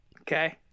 Okay